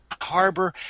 harbor